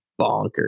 bonkers